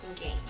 game